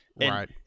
Right